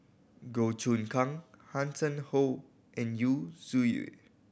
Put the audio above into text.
Goh Choon Kang Hanson Ho and Yu Zhuye